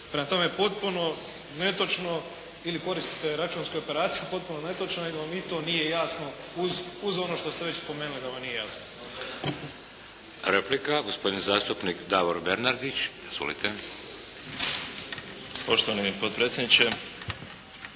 Prema tome potpuno netočno ili koristite računske operacije, potpuno netočno jer vam i to nije jasno uz, uz ono što ste već spomenuli da vam nije jasno. **Šeks, Vladimir (HDZ)** Replika gospodin zastupnik Davor Bernardić. Izvolite. **Bernardić,